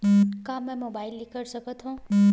का मै मोबाइल ले कर सकत हव?